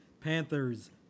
Panthers